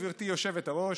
גברתי היושבת-ראש,